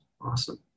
Awesome